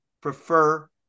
prefer